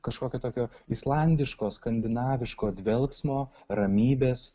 kažkokio tokio islandiško skandinaviško dvelksmo ramybės